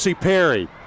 Perry